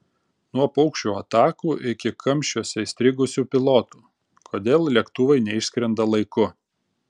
nuo paukščių atakų iki kamščiuose įstrigusių pilotų kodėl lėktuvai neišskrenda laiku